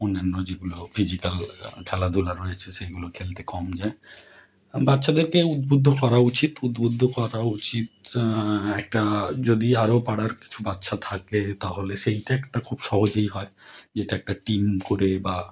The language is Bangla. অন্যান্য যেগুলো ফিজিক্যাল খেলাধুলা রয়েছে সেগুলো খেলতে কম যায় বাচ্চাদেরকে উদ্বুদ্ধ করা উচিত উদ্বুদ্ধ করা উচিত একটা যদি আরও পাড়ার কিছু বাচ্চা থাকে তাহলে সেইটা একটা খুব সহজেই হয় যেটা একটা টিম করে বা